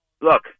look